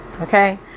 okay